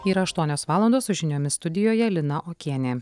yra aštuonios valandos su žiniomis studijoje lina okienė